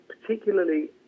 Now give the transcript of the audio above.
particularly